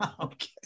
Okay